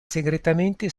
segretamente